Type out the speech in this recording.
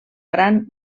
gran